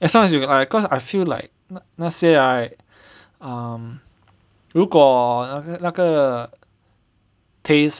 as long as you ah cause I feel like 那些 right um 如果要是那个 taste